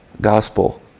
gospel